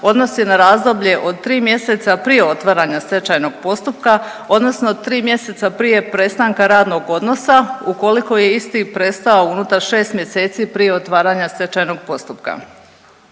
odnosi na razdoblje od 3 mjeseca prije otvaranja stečajnog postupka odnosno 3 mjeseca prije prestanka radnog odnosa ukoliko je isti prestao unutar 6 mjeseci prije otvaranja stečajnog postupka.